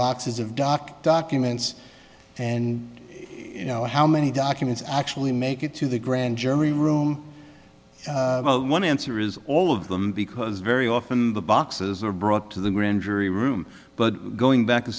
boxes of doc documents and you know how many documents actually make it to the grand jury room one answer is all of them because very often the boxes are brought to the grand jury room but going back